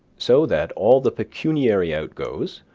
so that all the pecuniary outgoes,